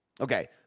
okay